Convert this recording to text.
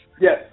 Yes